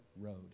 road